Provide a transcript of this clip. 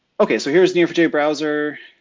okay, so here's n e o four j browser.